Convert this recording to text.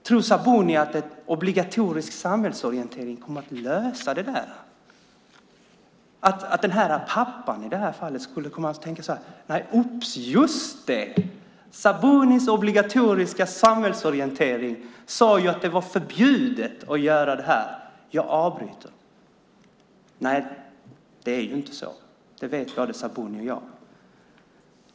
Tror Sabuni att en obligatorisk samhällsorientering kommer att lösa detta, att pappan i det här fallet skulle komma att tänka att just det, Sabunis obligatoriska samhällsorientering sade ju att det var förbjudet att göra det här, så jag avbryter? Nej, det är inte så, det vet både Sabuni och jag.